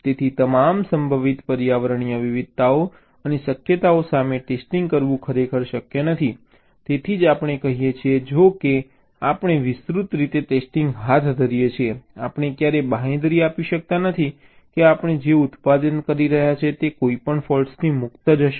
તેથી તમામ સંભવિત પર્યાવરણીય વિવિધતાઓ અને શક્યતાઓ સામે ટેસ્ટિંગ કરવું ખરેખર શક્ય નથી તેથી જ આપણે કહીએ છીએ જો કે આપણે વિસ્તૃત રીતે ટેસ્ટિંગ હાથ ધરીએ છીએ આપણે ક્યારેય બાંહેધરી આપી શકતા નથી કે આપણે જે ઉત્પાદન કરી રહ્યા છીએ તે કોઈપણ ફૉલ્ટ્સથી મુક્ત છે